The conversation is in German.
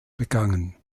begangen